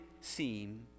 seem